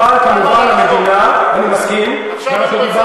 אני חי במדינה דמוקרטית כי אני לא יכול